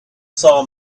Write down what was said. saw